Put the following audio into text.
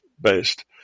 based